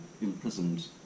imprisoned